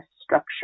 structure